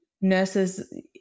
nurses